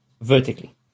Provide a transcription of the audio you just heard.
vertically